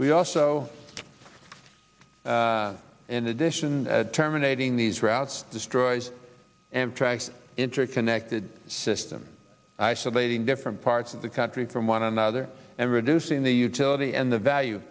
we also in addition terminating these routes destroys and tracks interconnected system isolating different parts of the country from one another and reducing the utility and the value